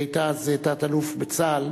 היא היתה אז תת-אלוף בצה"ל,